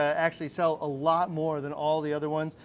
actually sell a lot more than all the other ones,